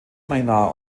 maynard